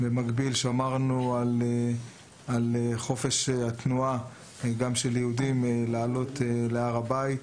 במקביל שמרנו על חופש התנועה גם של יהודים לעלות להר הבית.